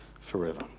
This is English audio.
forever